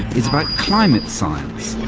is about climate science.